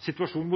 situasjonen.